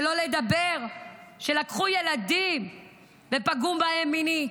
שלא לדבר שלקחו ילדים ופגעו בהם מינית,